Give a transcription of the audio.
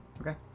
Okay